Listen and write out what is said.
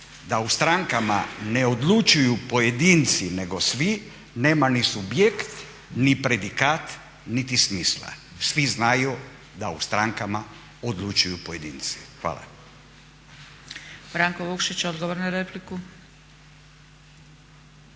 da u strankama ne odlučuju pojedinci nego svi nema ni subjekt, ni predikat, niti smisla. Svi znaju da u strankama odlučuju pojedinci. Hvala.